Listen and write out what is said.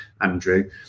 Andrew